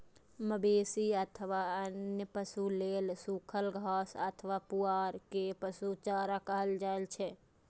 मवेशी अथवा अन्य पशु लेल सूखल घास अथवा पुआर कें पशु चारा कहल जाइ छै